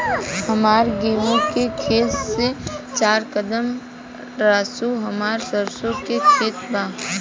हमार गेहू के खेत से चार कदम रासु हमार सरसों के खेत बा